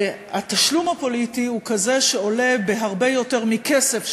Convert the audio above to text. התשלום הפוליטי הוא כזה שהוא עולה הרבה יותר מכסף,